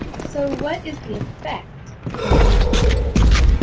so what is the effect of waiting on the lord?